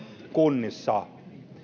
kunnissa